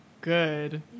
good